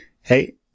hey